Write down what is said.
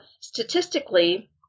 statistically